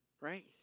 right